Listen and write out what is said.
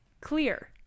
clear